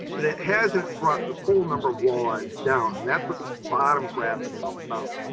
but it hasn't brought the full number of walleyes down. and that's what this bottom graphic is about.